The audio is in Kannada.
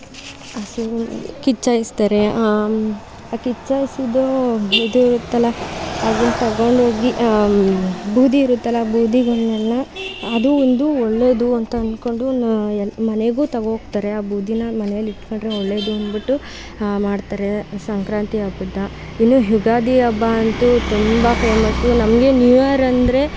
ಹಸುಗಳು ಕಿಚ್ಛಾಯಿಸ್ತಾರೆ ಕಿಚ್ಛಾಯಿಸಿದ್ದು ಇದು ಇತ್ತಲ್ಲ ಅದನ್ನು ತಗೊಂಡೋಗಿ ಬೂದಿ ಇರುತ್ತಲ್ಲ ಬೂದಿಗಳನ್ನೆಲ್ಲಾ ಅದು ಒಂದು ಒಳ್ಳೆಯದು ಅಂತ ಅನ್ಕೊಂಡು ಮನೆಗೂ ತಗೋ ಹೋಗ್ತಾರೆ ಆ ಬೂದಿಯ ಮನೇಲಿ ಇಟ್ಕೊಂಡರೆ ಒಳ್ಳೆಯದು ಅಂದುಬಿಟ್ಟು ಮಾಡ್ತಾರೆ ಸಂಕ್ರಾಂತಿ ಹಬ್ಬ ಇನ್ನೂ ಯುಗಾದಿ ಹಬ್ಬ ಅಂತೂ ತುಂಬ ಫೇಮಸ್ಸು ನಮಗೆ ನ್ಯೂ ಇಯರ್ ಅಂದರೆ